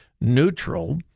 neutral